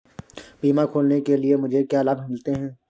बीमा खोलने के लिए मुझे क्या लाभ मिलते हैं?